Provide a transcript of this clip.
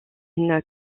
une